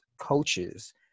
coaches